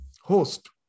host